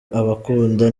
abakunda